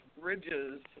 bridges